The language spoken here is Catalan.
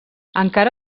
encara